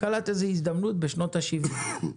קלט איזה הזדמנות בשנות ה-70.